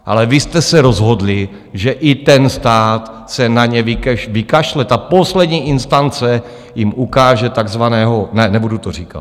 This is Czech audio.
Ale vy jste se rozhodli, že i ten stát se na ně vykašle a poslední instance jim ukáže takzvaného... ne, nebudu to říkat.